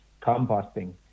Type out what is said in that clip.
composting